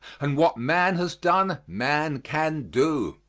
and what man has done, man can do.